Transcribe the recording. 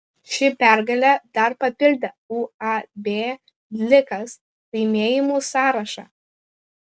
ši pergalė dar papildė uab blikas laimėjimų sąrašą